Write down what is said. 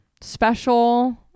special